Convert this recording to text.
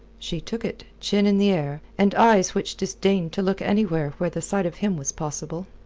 she took it, chin in the air, and eyes which disdained to look anywhere where the sight of him was possible.